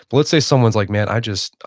but let's say someone's like, man, i just,